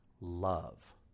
love